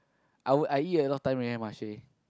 I would I eat a lot of time already eh Marche